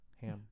ham